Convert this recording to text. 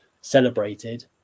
celebrated